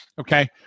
okay